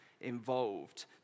involved